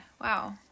wow